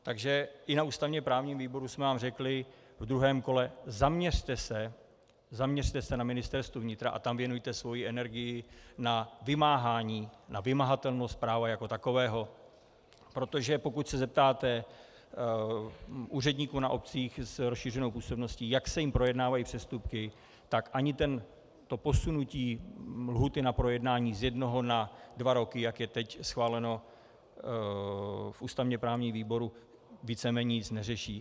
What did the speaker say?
Takže i na ústavněprávním výboru jsme vám řekli ve druhém kole, zaměřte se na Ministerstvu vnitra, a tam věnujte svoji energii, na vymahatelnost práva jako takového, protože pokud se zeptáte úředníků na obcích s rozšířenou působností, jak se jim projednávají přestupky, tak ani posunutí lhůty na projednání z jednoho na dva roky, jak je teď schváleno v ústavněprávním výboru, víceméně nic neřeší.